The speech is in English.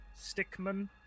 Stickman